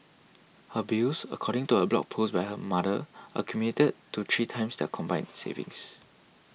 her bills according to a blog post by her mother accumulated to three times their combined savings